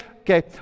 Okay